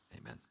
Amen